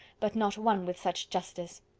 but not one with such justice.